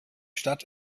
stadt